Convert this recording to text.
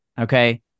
Okay